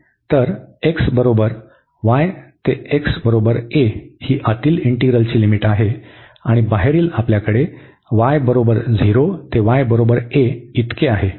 तर x बरोबर y ते x बरोबर a ही आतील इंटिग्रलची लिमिट आहे आणि बाहेरील आपल्याकडे y बरोबर 0 ते y बरोबर a इतके आहे